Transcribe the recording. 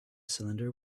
cylinder